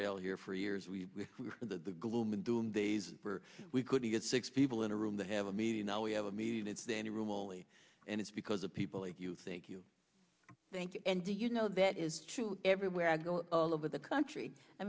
rail here for years we were in the gloom and doom days where we couldn't get six people in a room to have a meeting now we have a meeting it's the any room only and it's because of people like you think you think and do you know that is true everywhere i go along with the country i